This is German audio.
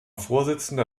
vorsitzender